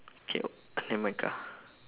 okay nevermind ka